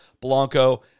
Blanco